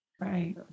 Right